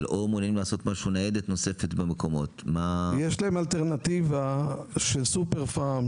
או אמורים לעשות ניידת נוספת --- יש להם אלטרנטיבה של "סופר פארם",